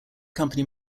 company